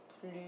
plus